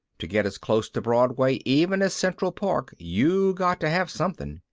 to get as close to broadway even as central park you got to have something.